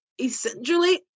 essentially